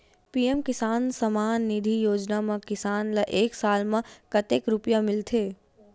PM किसान सम्मान निधी योजना म किसान ल एक साल म कतेक रुपिया मिलथे?